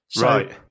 Right